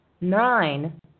nine